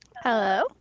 Hello